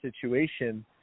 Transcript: situation